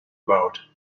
about